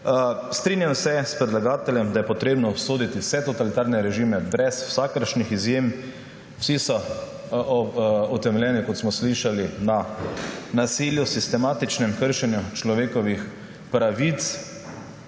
Strinjam se s predlagateljem, da je potrebno obsoditi vse totalitarne režime, brez vsakršnih izjem. Vsi so utemeljeni, kot smo slišali, na nasilju, sistematičnem kršenju človekovih pravic.